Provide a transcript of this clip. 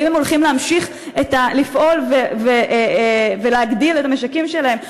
האם הם הולכים להמשיך לפעול ולהגדיל את המשקים שלהם,